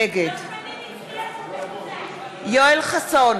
נגד יואל חסון,